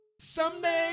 Someday